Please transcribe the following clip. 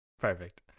Perfect